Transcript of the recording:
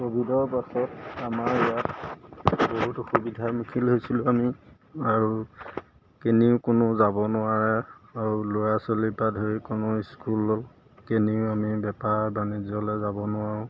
ক'ভিডৰ পাছত আমাৰ ইয়াত বহুত অসুবিধাৰ সন্মুখীন হৈছিলোঁ আমি আৰু কেনিও কোনো যাব নোৱাৰে আৰু ল'ৰা ছোৱালীৰপৰা ধৰি কোনো স্কুল কেনিও আমি বেপাৰ বাণিজ্যলৈ যাব নোৱাৰোঁ